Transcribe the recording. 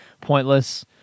pointless